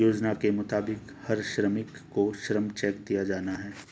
योजना के मुताबिक हर श्रमिक को श्रम चेक दिया जाना हैं